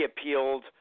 appealed